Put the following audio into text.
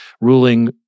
ruling